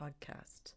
Podcast